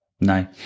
no